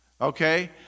Okay